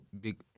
big